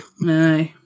No